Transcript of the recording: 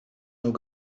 nur